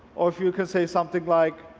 or if you can say something like